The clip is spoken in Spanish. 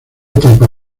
etapa